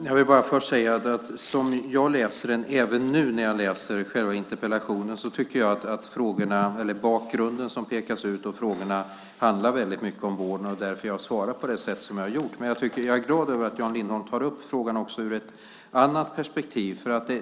Fru talman! Som jag läser själva interpellationen, även när jag läser den nu, tycker jag att den bakgrund som pekas ut och de frågor som ställs handlar mycket om vården. Därför har jag svarat på det sätt som jag har gjort. Men jag är glad över att Jan Lindholm tar upp frågan också ur ett annat perspektiv.